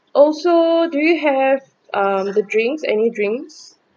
also do you have um the drinks any drinks